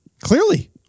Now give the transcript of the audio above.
Clearly